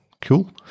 cool